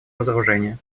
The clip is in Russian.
разоружения